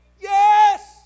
Yes